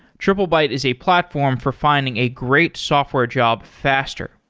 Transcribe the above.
triplebyte is a platform for finding a great software job faster.